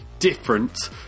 different